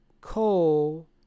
coal